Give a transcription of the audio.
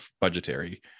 budgetary